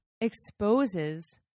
exposes